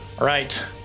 Right